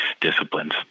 disciplines